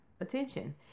attention